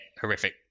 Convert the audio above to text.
horrific